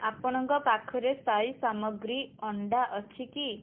ଆପଣଙ୍କ ପାଖରେ ସ୍ଥାୟୀ ସାମଗ୍ରୀ ଅଣ୍ଡା ଅଛି କି